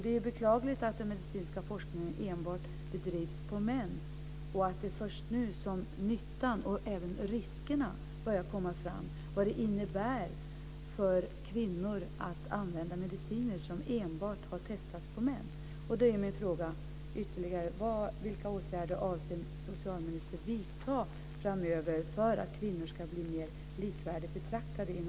Det är beklagligt att den medicinska forskningen enbart bedrivs på män och att det är först nu som nyttan och även riskerna börjar komma fram, vad det innebär för kvinnor att använda mediciner som enbart har testats på män.